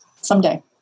Someday